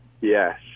Yes